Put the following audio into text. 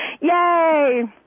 yay